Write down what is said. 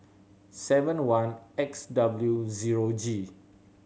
seven one X W zero G